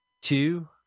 two